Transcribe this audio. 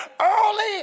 early